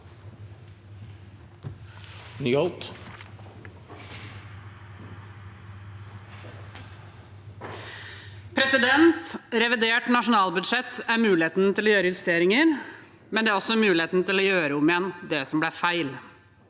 Revidert nasjonal- budsjett er muligheten til å gjøre justeringer, men det er også muligheten til å gjøre om igjen det som ble feil.